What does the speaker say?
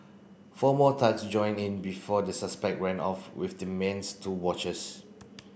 four more thugs joined in before the suspect ran off with the man's two watches